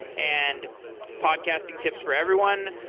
and podcasting tips for everyone.